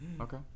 Okay